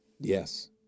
yes